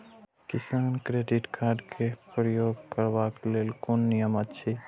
किसान credit card क प्रयोग करबाक लेल कोन नियम अछि?